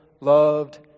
loved